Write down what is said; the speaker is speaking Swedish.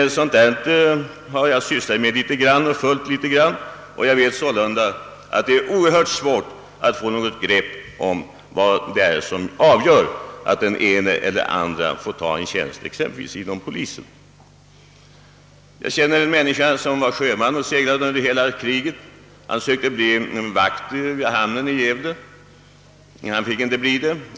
Jag har sysslat en del med sådana här fall. Jag vet sålunda att det är oerhört svårt att få något grepp om vad som avgör, om den ene eller andre skall få en tjänst exempelvis inom polisen. Jag känner en sjöman som seglade under hela kriget och som nu sökte en befattning som vakt vid hamnen i Gävle men inte fick bli det.